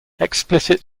explicit